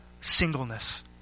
singleness